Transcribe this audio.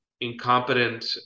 incompetent